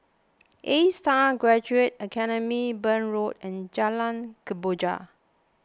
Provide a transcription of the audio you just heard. Astar Graduate Academy Burn Road and Jalan Kemboja